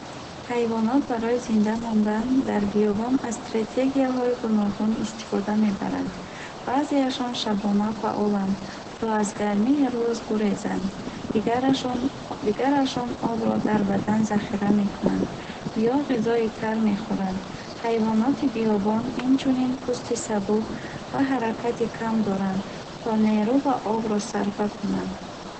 Ҳайвонот барои зинда мондан дар биёбон аз стратегияҳои гуногун истифода мебаранд. Баъзеашон шабона фаъоланд, то аз гармии рӯз гурезанд. Дигарашон дигарашон обро дар бадан захира мекунанд ё ғизои тар мехӯранд. Ҳайвоноти биёбон инчунин пӯсти сабук ва ҳаракати кам доранд, то нерӯ ва обро сарфа кунанд.